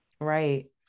right